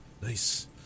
Nice